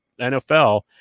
NFL